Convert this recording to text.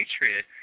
patriot